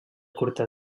curta